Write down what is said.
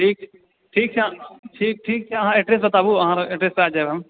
ठीक छै ठीक छै ठीक ठीक छै अहाँ एड्रेस बताबु अहाँ एड्रेस दऽ देब हम